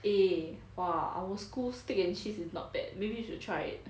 eh !wah! our school steak and cheese is not bad maybe you should try it